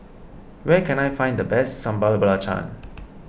where can I find the best Sambal Belacan